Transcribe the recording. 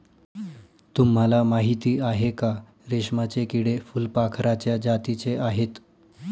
तुम्हाला माहिती आहे का? रेशमाचे किडे फुलपाखराच्या जातीचे आहेत